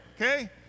okay